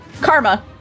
Karma